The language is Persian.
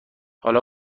حالا